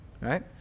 right